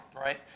right